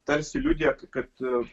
tarsi liudija kad